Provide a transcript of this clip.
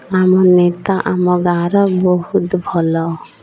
ଆମ ନେତା ଆମ ଗାଁର ବହୁତ ଭଲ